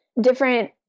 different